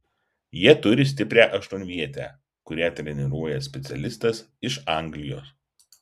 jie turi stiprią aštuonvietę kurią treniruoja specialistas iš anglijos